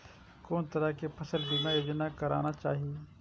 कोन तरह के फसल बीमा योजना कराना चाही?